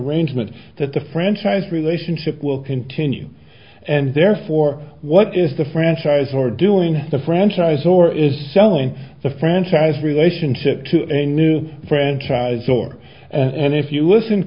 range meant that the franchise relationship will continue and therefore what is the franchise or doing the franchise or is selling the franchise relationship to a new franchise store and if you listen